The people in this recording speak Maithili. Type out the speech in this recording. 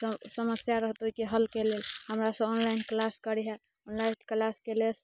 स समस्या रहत ओहिके हलके लेल हमरासँ ऑनलाइन क्लास करिहँ ऑनलाइन क्लासके लेल